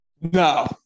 No